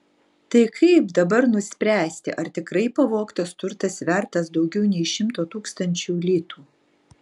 tai kaip dabar nuspręsti ar tikrai pavogtas turtas vertas daugiau nei šimto tūkstančių litų